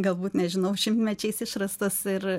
galbūt nežinau šimtmečiais išrastas ir